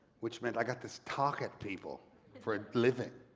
which meant i got to talk at people for a living,